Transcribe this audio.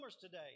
today